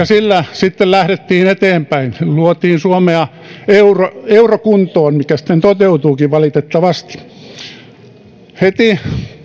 sillä sitten lähdettiin eteenpäin luotiin suomea eurokuntoon mikä sitten toteutuikin valitettavasti heti